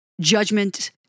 judgment